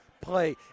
play